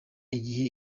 igihe